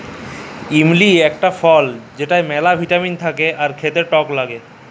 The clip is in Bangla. ইমল ইকটা ফল ম্যালা ভিটামিল থাক্যে খাতে টক লাগ্যে